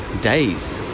Days